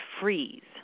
freeze